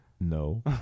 No